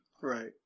Right